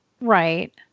Right